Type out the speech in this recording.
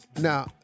Now